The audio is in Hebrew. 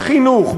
בחינוך,